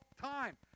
time